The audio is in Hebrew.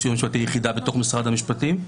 הסיוע המשפטי היא יחידה במשרד המשפטים.